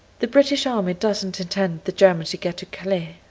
the british army doesn't intend the germans to get to calais,